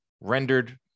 rendered